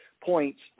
points